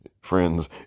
friends